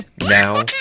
now